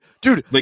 Dude